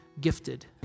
gifted